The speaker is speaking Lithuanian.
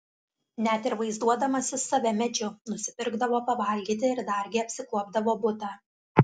net ir vaizduodamasis save medžiu nusipirkdavo pavalgyti ir dargi apsikuopdavo butą